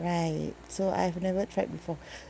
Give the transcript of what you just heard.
right so I've never tried before